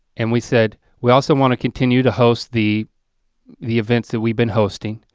and we said, we also want to continue to host the the events that we've been hosting,